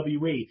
WWE